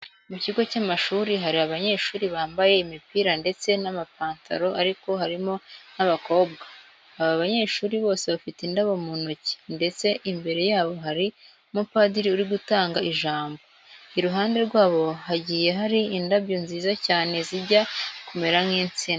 Mu kigo cy'amashuri hari abanyeshuri bambaye imipira ndetse n'amapantaro ariko harimo n'abakobwa. Aba banyeshuri bose bafite indabo mu ntoki ndetse imbere yabo hari umupadiri uri gutanga ijambo. Iruhande rwabo hagiye hari indabyo nziza cyane zijya kumera nk'insina.